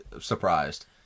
surprised